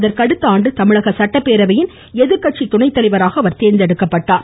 அதற்கு அடுத்த ஆண்டு தமிழக சட்டப்பேரவையின் எதிர்கட்சி குணைத் தலைவராக அவர் தேர்ந்தெடுக்கப்பட்டார்